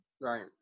right